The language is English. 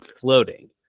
floating